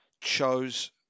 chose